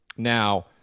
Now